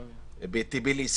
בטביליסי,